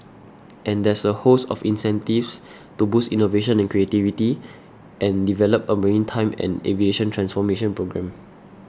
and there's a host of incentives to boost innovation and creativity and develop a maritime and aviation transformation programme